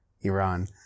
Iran